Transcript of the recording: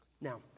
Now